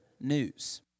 news